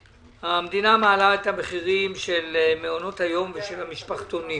המדינה מעלה את המחירים של מעונות היום ושל המשפחתונים.